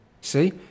See